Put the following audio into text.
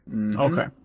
Okay